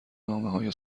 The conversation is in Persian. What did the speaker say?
نامههای